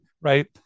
right